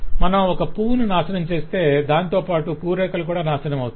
మనం ఒక పువ్వును నాశనం చేస్తే దానితోపాటు పూ రేకలు కూడా నాశనం అవుతాయి